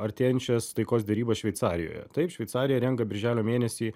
artėjančias taikos derybas šveicarijoje taip šveicarija renka birželio mėnesį